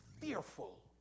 fearful